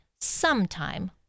sometime